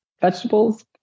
vegetables